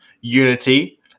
Unity